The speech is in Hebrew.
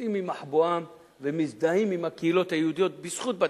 יוצאים ממחבואם ומזדהים עם הקהילות היהודיות בזכות בתי-חב"ד.